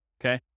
Okay